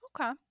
Okay